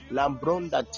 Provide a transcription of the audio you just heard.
Lambronda